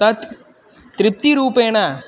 तत् तृप्तिरूपेण